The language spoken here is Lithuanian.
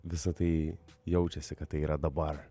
visa tai jaučiasi kad tai yra dabar